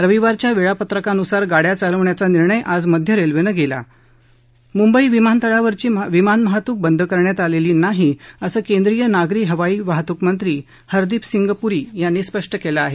रविवारच्या वेळापत्रकानुसार गाड्या चालवण्याचा निर्णय आज मध्य रेल्वेनं घेतला मुंबई विमानतळावरची विमानवाहतूक बंद करण्यात आलेली नाही असं केंद्रीय नागरी हवाई वाहतूक मंत्री हरदीप सिंग पुरी यांनी स्पष्ट केलं आहे